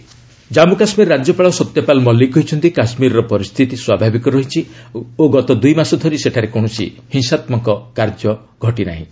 JK governor Jammu Kashmir ରାଜ୍ୟପାଳ ସତ୍ୟପାଲ ମଲ୍ଲିକ କହିଛନ୍ତି କାଶ୍ମୀରର ପରିସ୍ଥିତି ସ୍ୱାଭାବିକ ରହିଛି ଓ ଗତ ଦୁଇମାସ ଧରି ସେଠାରେ କୌଣସି ହିଂସାତ୍କ ଘଟଣା ଘଟିନାହିଁ